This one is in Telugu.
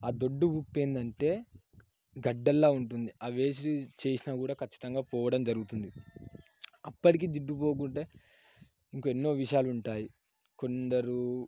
ఆ దొడ్డు ఉప్పు ఏంటంటే గడ్డల్లా ఉంటుంది అవి చేసినా కూడా ఖచ్చితంగా పోవడం జరుగుతుంది అప్పటికి జిడ్డు పోకుంటే ఇంకా ఎన్నో విషయాలు ఉంటాయి కొందరు